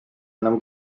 enam